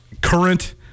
current